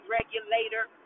regulator